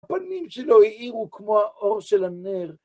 הפנים שלו האירו כמו האור של הנר.